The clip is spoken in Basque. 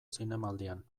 zinemaldian